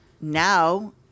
Now